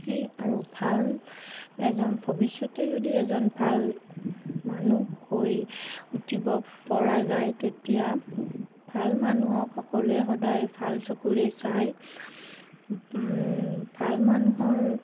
সেই আৰু ভাল এজন ভৱিষ্যতে যদি এজন ভাল মানুহ হৈ উঠিব পৰা যায় তেতিয়া ভাল মানুহক সকলোৱে সদায় ভাল চকুৰে চায় ভাল মানুহৰ